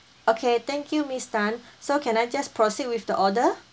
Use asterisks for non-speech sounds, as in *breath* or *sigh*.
okay thank you miss tan *breath* so can I just proceed with the order